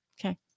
Okay